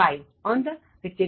5 on the Richter scale